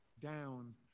down